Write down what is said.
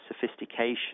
sophistication